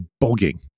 bogging